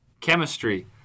Chemistry